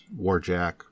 warjack